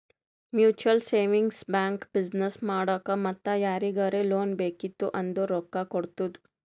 mutual savings bank business ಮಾಡಾಕ್ ಮತ್ತ ಯಾರಿಗರೇ ಲೋನ್ ಬೇಕಿತ್ತು ಅಂದುರ್ ರೊಕ್ಕಾ ಕೊಡ್ತುದ್